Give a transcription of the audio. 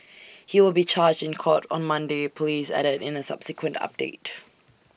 he will be charged in court on Monday Police added in A subsequent update